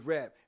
Rap